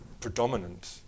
predominant